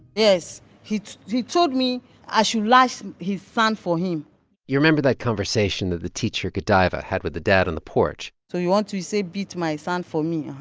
he he told me i should lash his son for him you remember that conversation that the teacher, godaiva, had with the dad on the porch? so you want to say, beat my son for me? ah